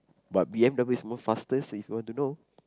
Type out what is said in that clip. but b_m_w is more faster safer don't know